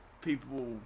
people